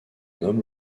homme